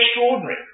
extraordinary